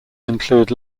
include